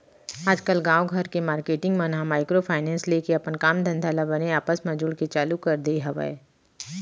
आजकल गाँव घर के मारकेटिंग मन ह माइक्रो फायनेंस लेके अपन काम धंधा ल बने आपस म जुड़के चालू कर दे हवय